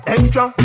Extra